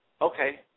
okay